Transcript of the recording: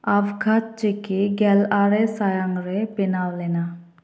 ᱟᱵᱠᱷᱟᱡ ᱪᱤᱠᱤ ᱜᱮᱞ ᱟᱨᱮ ᱥᱟᱭᱟᱝ ᱨᱮ ᱵᱮᱱᱟᱣ ᱞᱮᱱᱟ